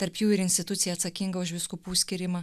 tarp jų ir į instituciją atsakingą už vyskupų skyrimą